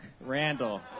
Randall